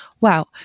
Wow